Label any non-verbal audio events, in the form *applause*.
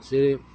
*unintelligible*